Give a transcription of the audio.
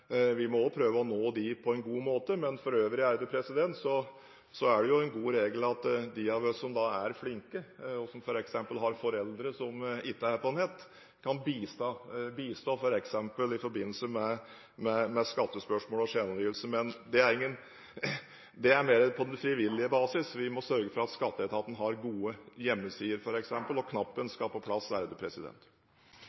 vi må også prøve å nå dem på en god måte. Men for øvrig er det jo en god regel at de av oss som er flinke, og som f.eks. har foreldre som ikke er på nett, kan bistå i forbindelse med skattespørsmål og selvangivelse. Men det er mer på frivillige basis. Vi må sørge for at skatteetaten har gode hjemmesider, f.eks., og knappen